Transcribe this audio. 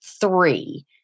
three